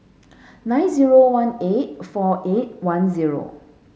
nine zero one eight four eight one zero